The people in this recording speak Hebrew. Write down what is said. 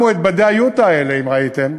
שמו את בדי היוטה האלה, אם ראיתם,